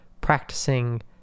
practicing